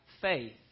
faith